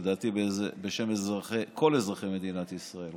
לדעתי בשם כל אזרחי מדינת ישראל,